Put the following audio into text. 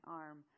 arm